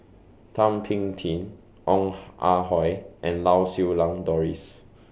Thum Ping Tjin Ong Ah Hoi and Lau Siew Lang Doris